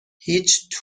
هیچ